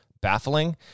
baffling